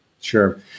Sure